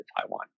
Taiwan